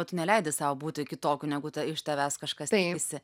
o tu neleidi sau būti kitokiu negu ta iš tavęs kažkas tikisi